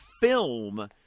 film